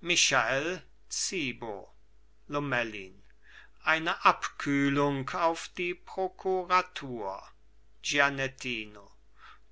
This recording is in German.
michael zibo lomellin ein abkühlung auf die prokuratur gianettino